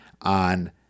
on